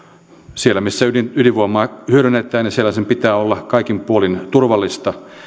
siellä missä ydinvoimaa hyödynnetään sen pitää olla kaikin puolin turvallista